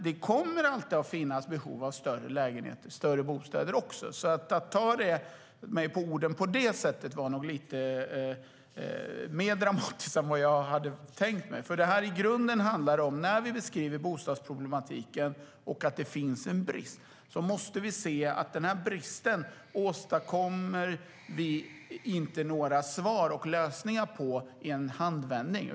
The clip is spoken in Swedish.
Det kommer alltid att finnas behov av större lägenheter och bostäder. Att ta mig på orden på det sättet var lite mer dramatiskt än vad jag hade tänkt mig. I grunden åstadkommer vi inte några svar och lösningar på bristen på bostäder i en handvändning.